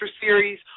Series